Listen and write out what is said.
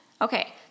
Okay